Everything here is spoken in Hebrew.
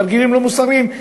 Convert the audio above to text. תרגילים לא מוסריים,